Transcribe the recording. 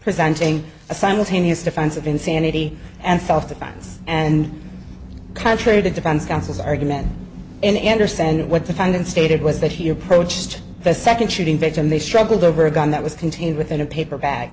presenting a simultaneous defense of insanity and self defense and contrary to defense counsel's argument and anderson what they found unstated was that he approached the second shooting victim they struggled over a gun that was contained within a paper bag